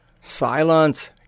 Silence